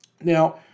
Now